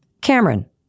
Cameron